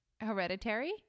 Hereditary